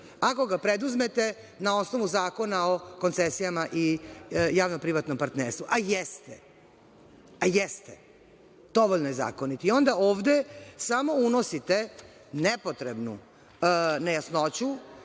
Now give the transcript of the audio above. ako ga preuzmete na osnovu Zakona o koncesijama i javno-privatnom partnerstvu, a jeste. Dovoljno je zakonit, a ovde samo unosite nepotrebnu nejasnoću,